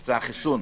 מבצע חיסון,